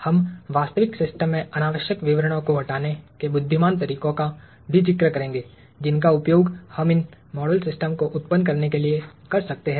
हम वास्तविक सिस्टम में अनावश्यक विवरणों को हटाने के बुद्धिमान तरीकों का भी जिक्र करेंगे जिनका उपयोग हम इन मॉडल सिस्टम को उत्पन्न करने के लिए कर सकते हैं